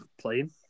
playing